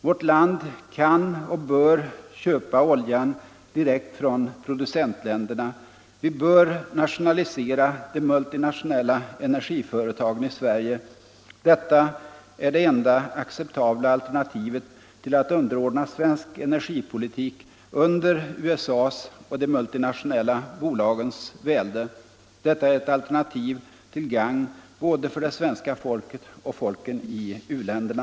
Vårt land kan och bör köpa oljan direkt från producentländerna. Vi bör nationalisera de multinationella energiföretagen i Sverige. Detta är det enda acceptabla alternativet till att underordna svensk energipolitik under USA:s och de multinationella bolagens välde. Detta är ett alternativ till gagn för både det svenska folket och folken i u-länderna.